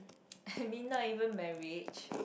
I mean not even marriage